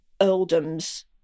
earldoms